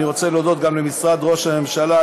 אני רוצה להודות גם למשרד ראש הממשלה,